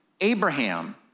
Abraham